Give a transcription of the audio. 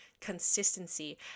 consistency